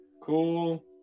cool